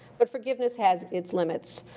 but forgiveness has its limits.